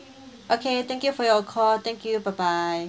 okay thank you for your call thank you bye bye